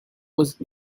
was